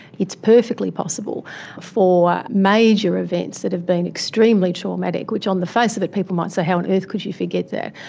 it's perfectly possible for major events that have been extremely traumatic, which on the face of it people might say how on earth could you forget that,